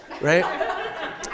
right